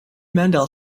mendel